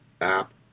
app